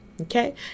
Okay